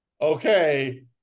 okay